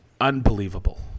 Unbelievable